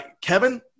Kevin